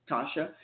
Tasha